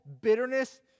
bitterness